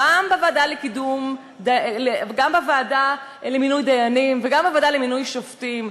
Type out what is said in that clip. גם לגבי הוועדה למינוי דיינים וגם לגבי הוועדה לבחירת שופטים.